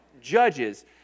Judges